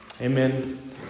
Amen